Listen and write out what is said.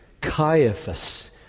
Caiaphas